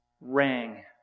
Rang